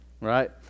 Right